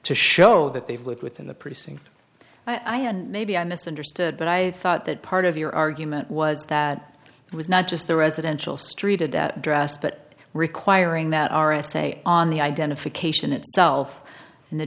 to show that they've lived within the precinct i and maybe i misunderstood but i thought that part of your argument was that it was not just the residential street at that dress but requiring that r s a on the identification itself and the